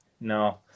No